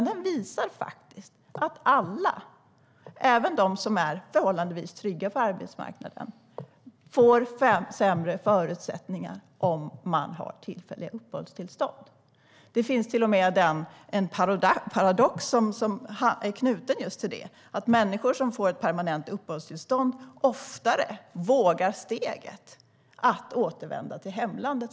Den visar faktiskt i stället att alla, även de som är förhållandevis trygga på arbetsmarknaden, får sämre förutsättningar om man har tillfälliga uppehållstillstånd. Det finns till och med en paradox som är knuten just till detta, och det är att människor som får permanenta uppehållstillstånd oftare vågar ta steget att återvända till hemlandet.